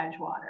Edgewater